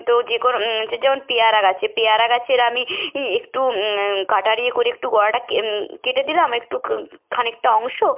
তো যে কোনো যে যেমন পেয়ারা গাছে পেয়ারা গাছের আমি ই একটু কাটারি করে একটু গোড়াটাকে কেটে দিলাম একটু খ খানিকটা অংশ